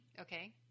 Okay